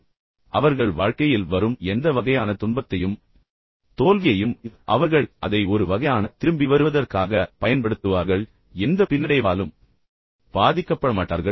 ஆனால் பின்னர் உண்மையில் அவர்கள் அவர்கள் வாழ்க்கையில் வரும் எந்த வகையான துன்பத்தையும் எந்த வகையான தோல்வியையும் அவர்கள் அதை ஒரு வகையான திரும்பி வருவதற்காக பயன்படுத்துவார்கள் எந்த பின்னடைவாலும் பாதிக்கப்படமாட்டார்கள்